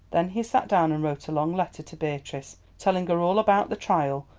then he sat down and wrote a long letter to beatrice, telling her all about the trial,